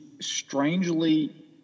strangely